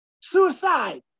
Suicide